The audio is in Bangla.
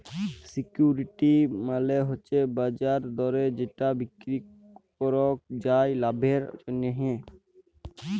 সিকিউরিটি মালে হচ্যে বাজার দরে যেটা বিক্রি করাক যায় লাভের জন্যহে